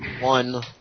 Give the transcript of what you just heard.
one